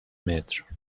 متر